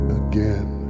again